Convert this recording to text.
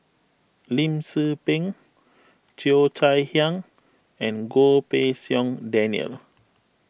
Lim Tze Peng Cheo Chai Hiang and Goh Pei Siong Daniel